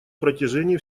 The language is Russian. протяжении